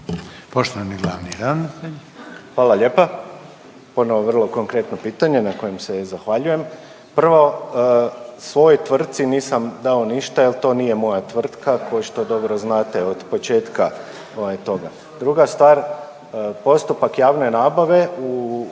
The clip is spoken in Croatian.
Poštovani glavni ravnatelj.